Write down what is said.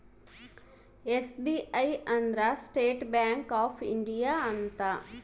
SBI ಅಂದ್ರ State Bank of India ಅಂತ